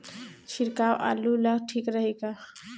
छिड़काव आलू ला ठीक रही का?